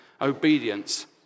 obedience